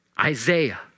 isaiah